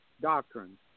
doctrine